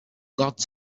got